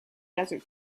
desert